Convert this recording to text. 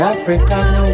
African